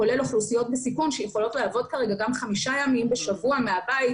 כולל אוכלוסיות בסיכון שיכולות לעבוד כרגע גם חמישה ימים בשבוע מהבית,